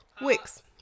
Wicks